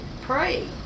pray